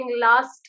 last